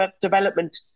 development